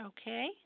Okay